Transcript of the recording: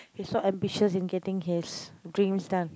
he so ambitious in getting his dreams done